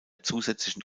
zusätzlichen